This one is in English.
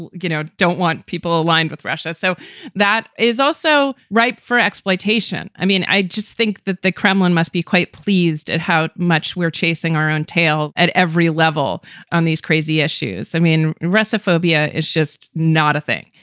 you know, don't want people aligned with russia. so that is also ripe for exploitation. i mean, i just think that the kremlin must be quite pleased at how much we're chasing our own tail at every level on these crazy issues. i mean, russophobia, it's just not a thing.